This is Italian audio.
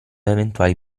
eventuali